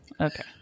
Okay